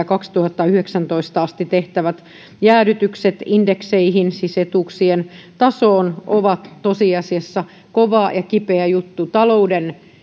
kaksituhattayhdeksäntoista asti jatkuvat jäädytykset indekseihin siis etuuksien tasoon ovat tosiasiassa kova ja kipeä juttu talouden